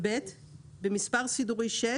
מספר סידורי 6,